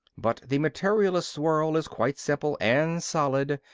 but the materialist's world is quite simple and solid,